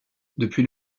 depuis